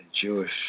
Jewish